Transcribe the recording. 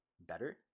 better